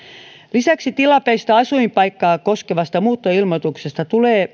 lisäksi tilapäistä asuinpaikkaa koskevasta muuttoilmoituksesta tulee